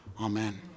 Amen